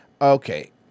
Okay